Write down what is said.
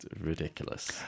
ridiculous